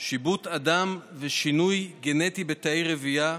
(שיבוט אדם ושינוי גנטי בתאי רבייה),